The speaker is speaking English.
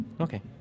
Okay